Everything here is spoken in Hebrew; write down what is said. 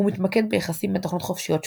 הוא מתמקד ביחסים בין תוכנות חופשיות שונות.